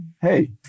hey